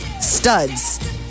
studs